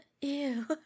Ew